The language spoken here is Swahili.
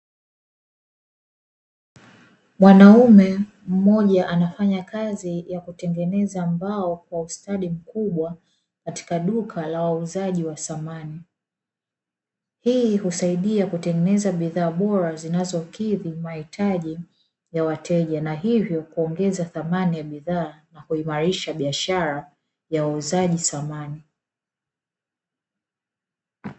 Mwanaume mmoja anafanya kazi ya kutengeneza mbao kwa ustadi mkubwa katika duka la wauzaji wa samani. Hii husaidia kutengeneza bidhaa bora zinazokidhi mahitaji ya wateja na hivyo kuongeza thamani ya bidhaa na kuimarisha biashara ya uuzaji samani.